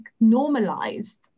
normalized